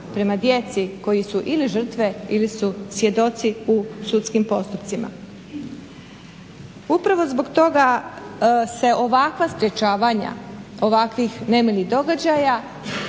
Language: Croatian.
prema djeci koji su ili žrtve ili su svjedoci u sudskim postupcima. Upravo zbog toga se ovakva sprečavanja ovakvih nemilih događaja